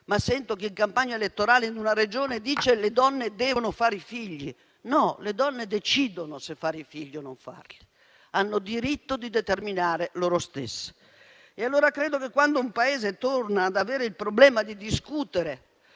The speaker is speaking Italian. corso di una campagna elettorale in una Regione ho sentito dire che le donne devono fare i figli. No, le donne decidono se fare i figli o non farli, hanno diritto di determinare loro stesse. E allora credo che quando un Paese torna ad avere il problema di discutere